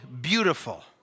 beautiful